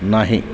नाही